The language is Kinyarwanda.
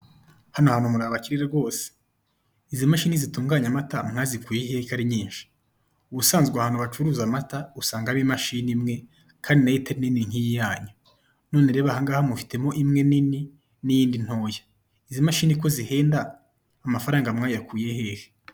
Hona hantu muri abakire rwose ! Izi mashini zitunganya amata mwazikuye hehe ko ari nyinshi? Ubusanzwe ahantu bacuruza amata usanga hari imashini imwe kandi nayo itari nini nk'iyi yanyu. None reba ahangaha mufitemo imwe nini n'iyindi ntoya. Izi mashini ko zihenda amafaranga mwayakuye hehe?